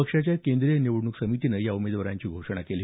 पक्षाच्या केंद्रीय निवडणूक समितीनं या उमेदवारांची घोषणा केली